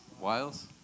Wiles